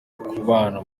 kubana